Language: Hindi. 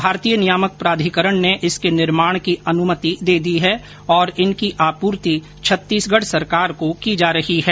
भारतीय नियामक प्राधिकरण ने इसके निर्माण की अनुमति दे दी है और इनकी आपूर्ति छत्तीसगढ़ सरकार को की जा रही है